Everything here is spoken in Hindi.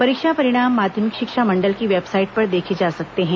परीक्षा परिणाम माध्यमिक शिक्षा मंडल की वेबसाइट पर देखे जा सकते हैं